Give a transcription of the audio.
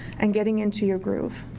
and getting into your groove.